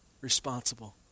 responsible